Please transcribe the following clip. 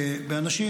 באנשים